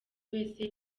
wese